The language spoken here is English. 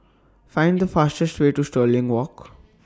Find The fastest Way to Stirling Walk